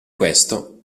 questo